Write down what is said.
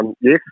Yes